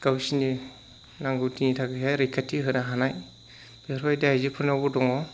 गावसोरनि नांगौथिनि थाखायहाय रैखाथि होनो हानाय बेफोरबायदि आइजोफोरनावबो दङ